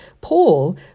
Paul